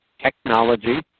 technology